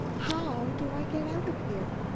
how do i get out of here?